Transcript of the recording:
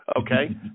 Okay